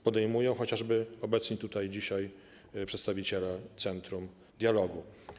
Podejmują go chociażby obecni tutaj dzisiaj przedstawiciele centrum dialogu.